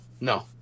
No